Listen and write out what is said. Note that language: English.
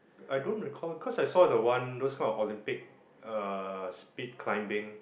I don't recall cause I saw the one those kind of Olympic uh speed climbing